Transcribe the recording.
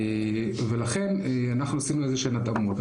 ולכן אנחנו עשינו איזה שהן התאמות.